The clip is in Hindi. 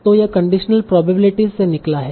तों यह कंडीशनल प्रोबेबिलिटीस से निकला है